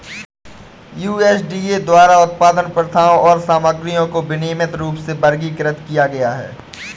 USDA द्वारा उत्पादन प्रथाओं और सामग्रियों को विनियमित रूप में वर्गीकृत किया गया है